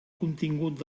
contingut